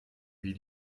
wie